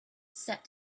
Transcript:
said